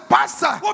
Pastor